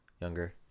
younger